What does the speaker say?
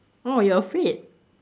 oh you're afraid